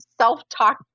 self-talk